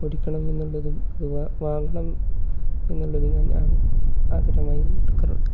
പഠിക്കണം എന്നുള്ളതും അഥവാ വാങ്ങണം എന്നുള്ളതും ഞാൻ ആഗ്രഹമായി എടുക്കാറുണ്ട്